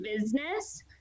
business